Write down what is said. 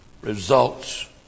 results